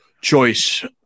choice